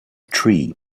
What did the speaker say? tree